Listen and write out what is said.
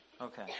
Okay